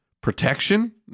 protection